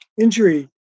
injury